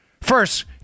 First